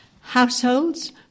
Households